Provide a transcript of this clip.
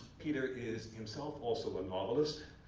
peter is himself also a novelist.